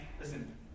Listen